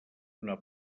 una